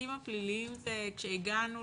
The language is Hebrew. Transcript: התיקים הפליליים זה כשהגענו